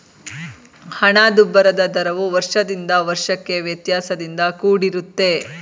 ಹಣದುಬ್ಬರದ ದರವು ವರ್ಷದಿಂದ ವರ್ಷಕ್ಕೆ ವ್ಯತ್ಯಾಸದಿಂದ ಕೂಡಿರುತ್ತೆ